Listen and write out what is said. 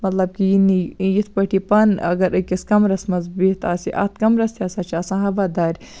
مطلب کہِ یہِ نی یِتھ پٲٹھۍ یہِ پانہٕ اگر أکِس کَمرَس منٛز بِہِتھ آسہِ اَتھ کَمرَس تہِ ہسا چھِ آسان ہوا دارِ